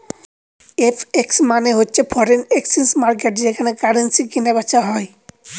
FX মানে হচ্ছে foreign exchange মার্কেটকে যেখানে কারেন্সি কিনা বেচা করা হয়